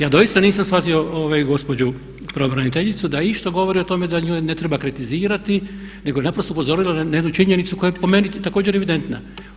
Ja doista nisam shvatio gospođu pravobraniteljicu da išta govori o tome da nju ne treba kritizirati nego je naprosto upozorila na jednu činjenicu koja je po meni također evidentna.